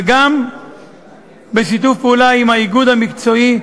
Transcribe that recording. וגם בשיתוף פעולה עם האיגוד המקצועי,